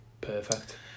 perfect